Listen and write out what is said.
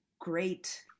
great